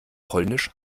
polnisch